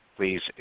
Please